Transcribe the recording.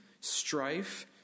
strife